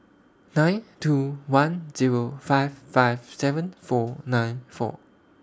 nine two one Zero five five seven four nine four